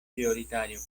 prioritario